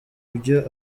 byo